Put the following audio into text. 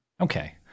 Okay